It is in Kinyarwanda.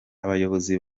abayobozi